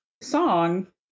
song